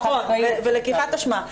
נכון, ולקיחת אשמה.